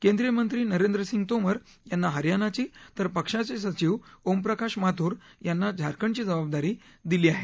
केंद्रीय मंत्री नरेंद्र सिंग तोमर यांना हरयाणाची तर पक्षाचे सचिव ओमप्रकाश माथुरयांना झारखंडची जबाबदारी दिली आहे